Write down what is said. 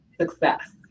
success